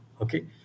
okay